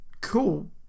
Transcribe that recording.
cool